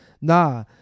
Nah